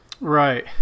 Right